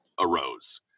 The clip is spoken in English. arose